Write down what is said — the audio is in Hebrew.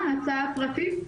זה נושא מאוד קונקרטי.